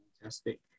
Fantastic